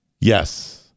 Yes